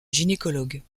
gynécologue